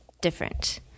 different